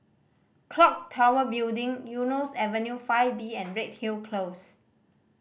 Clock Tower Building Eunos Avenue Five B and Redhill Close